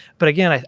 but again,